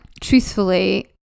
truthfully